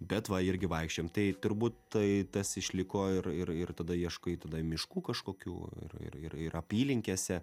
bet va irgi vaikščiojom tai turbūt tai tas išliko ir ir tada ieškai tada miškų kažkokių ir ir ir apylinkėse